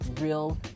Real